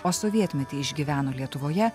o sovietmetį išgyveno lietuvoje